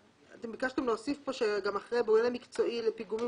ביקשתם להוסיף פה: "ואחרי "בונה מקצועי לפיגומים